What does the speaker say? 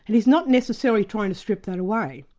and he's not necessarily trying to strip that away,